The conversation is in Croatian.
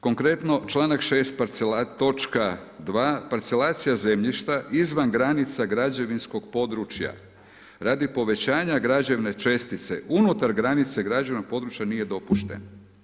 Konkretno članak 6., točka 2. parcelacija zemljišta izvan granica građevinskog područja radi povećanja građevne čestice unutar granice građevnog područja nije dopušten.